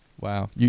Wow